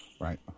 Right